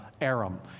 Aram